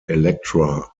elektra